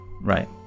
Right